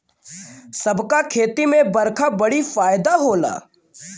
सब क खेती में बरखा बड़ी फायदा होला